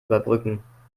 überbrücken